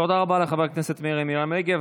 תודה רבה לחברת הכנסת מירי מרים רגב.